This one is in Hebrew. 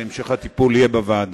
והמשך הטיפול יהיה בוועדה.